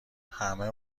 همه